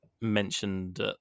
mentioned